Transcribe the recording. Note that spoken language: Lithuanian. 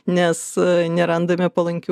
nes nerandame palankių